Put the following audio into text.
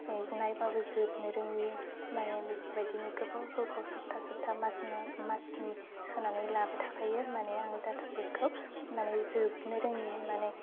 नायबाबो जोबनो रोङि माने बेफोरबायदिनो गोबाव गोबाव सप्था सप्था मासनि सोनानै लाबाय थाखायो माने आं डाटा पेकखौ माने जोबनो रोङि होननानै